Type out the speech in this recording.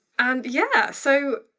and yeah, so,